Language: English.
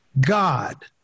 God